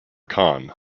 khan